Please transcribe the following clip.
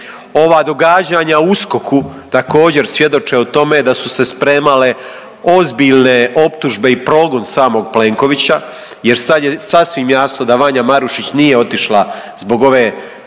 Ova događanja u USKOK-u također svjedoče o tome da su se spremile ozbiljne optužbe i progon samog Plenkovića jer sad je sasvim jasno da Vanja Marušić nije otišla zbog ove,